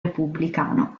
repubblicano